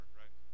right